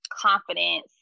confidence